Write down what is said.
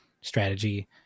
strategy